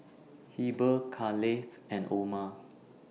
Heber Kaleigh and Orma